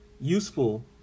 Useful